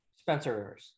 Spencer